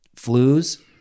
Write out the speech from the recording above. flus